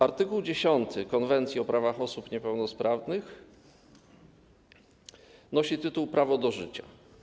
Art. 10 Konwencji o prawach osób niepełnosprawnych nosi tytuł: Prawo do życia.